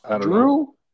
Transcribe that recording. Drew